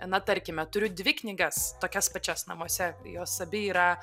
na tarkime turiu dvi knygas tokias pačias namuose jos abi yra